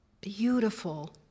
beautiful